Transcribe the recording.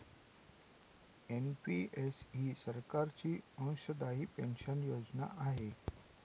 NPS ही सरकारची अंशदायी पेन्शन योजना आहे